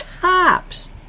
Tops